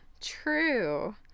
True